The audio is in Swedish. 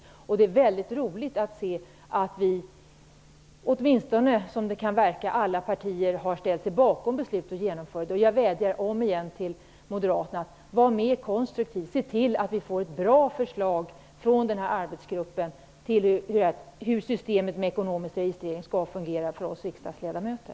Det är väldigt roligt att se, åtminstone som det verkar, att alla partier har ställt sig bakom beslutet att genomföra detta. Jag vädjar än en gång till Moderaterna: Var mer konstruktiv. Se till att vi får ett bra förslag från arbetsgruppen till hur systemet med ekonomisk registrering skall fungera för oss riksdagsledamöter.